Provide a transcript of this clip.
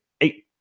eight